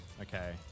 Okay